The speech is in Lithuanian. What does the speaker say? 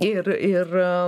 ir ir